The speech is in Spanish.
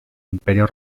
imperio